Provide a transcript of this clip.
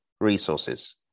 resources